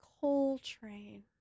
Coltrane